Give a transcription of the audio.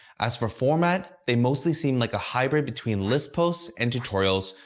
as for format, they mostly seem like a hybrid between list posts and tutorials,